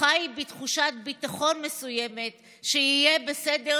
חי בתחושת ביטחון מסוימת שיהיה בסדר,